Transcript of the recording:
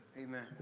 Amen